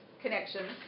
connections